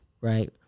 Right